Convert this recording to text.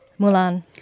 Mulan